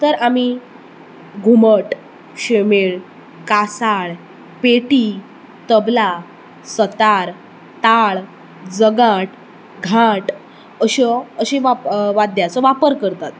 तर आमी घुमट शेमेळ कासाळ पेटी तबला सतार टाळ जगाट घांट अशे अश्यो वाद्याचो वापर करतात